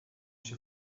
się